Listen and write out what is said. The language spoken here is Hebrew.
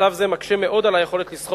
מצב זה מקשה מאוד על היכולת לסחור